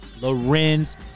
Lorenz